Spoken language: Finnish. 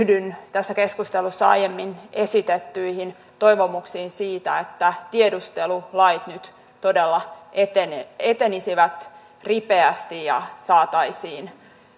tässä keskustelussa aiemmin esitettyihin toivomuksiin siitä että tiedustelulait nyt todella etenisivät ripeästi ja saataisiin